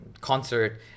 concert